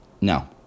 no